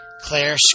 Claire